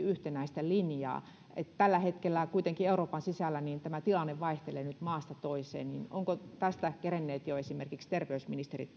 yhtenäistä linjaa nyt tällä hetkellä kuitenkin euroopan sisällä tämä tilanne vaihtelee maasta toiseen ovatko tästä kerenneet jo esimerkiksi terveysministerit